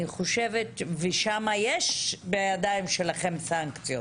ובמקרה כזה יש בידיים שלכם סנקציות